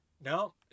No